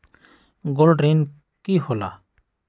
Gold ऋण की होला?